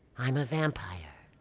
i'm a vampire.